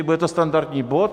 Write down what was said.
Bude to standardní bod?